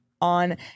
on